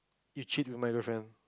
you cheat with my girlfriend